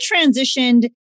transitioned